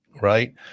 right